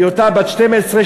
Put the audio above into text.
שבהיותה בת 12,